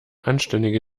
anständige